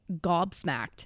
gobsmacked